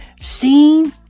seen